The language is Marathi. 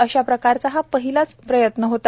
अशाप्रकारचा हा पहिलाच प्रयत्न होता